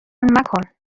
مکن